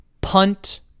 punt